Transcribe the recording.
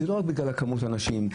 ולא רק בגלל כמות האנשים,